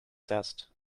zest